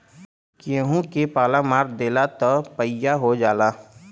गेंहू के पाला मार देला त पइया हो जाला